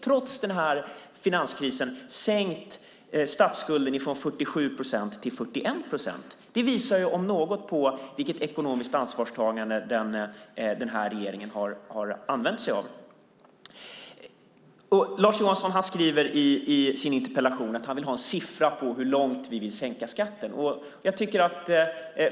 Trots finanskrisen har vi sänkt statsskulden från 47 procent till 41 procent. Det om något visar på den här regeringens ekonomiska ansvarstagande. Lars Johansson skriver i sin interpellation att han vill ha en siffra på hur långt vi vill gå när det gäller att sänka skatten.